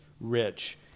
rich